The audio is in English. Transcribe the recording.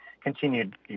continued